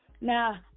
Now